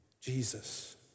Jesus